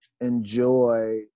enjoy